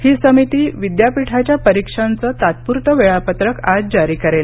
ही समिती विद्यापीठाच्या परीक्षांचे तात्पुरते वेळापत्रक आज जारी करेल